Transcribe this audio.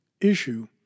issue